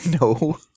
No